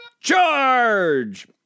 Charge